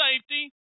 safety